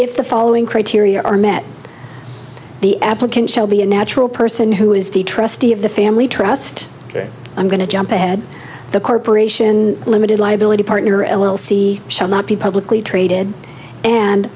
if the following criteria are met the applicant shall be a natural person who is the trustee of the family trust i'm going to jump ahead the corporation limited liability partner l l c shall not be publicly traded and